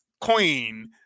Queen